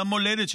למולדת שלנו.